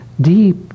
deep